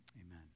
Amen